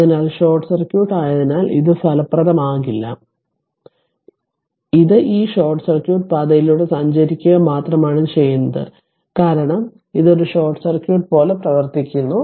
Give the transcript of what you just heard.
അതിനാൽ short circuit ആയതിനാൽ ഇത് ഫലപ്രദമാകില്ല ഇത് ഈ ഷോർട്ട് സർക്യൂട്ട് പാതയിലൂടെ സഞ്ചരിക്കുക മാത്രമാണ് ചെയ്യുന്നത് കാരണം ഇത് ഒരു ഷോർട്ട് സർക്യൂട്ട് പോലെ പ്രവർത്തിക്കുന്നു